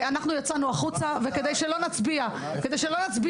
ואנחנו יצאנו החוצה וכדי שלא נצביע נגד,